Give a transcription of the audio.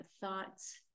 thoughts